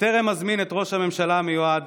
בטרם אזמין את ראש הממשלה המיועד,